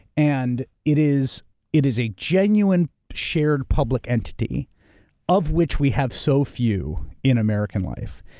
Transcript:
and it is it is a genuine shared public entity of which we have so few in american life.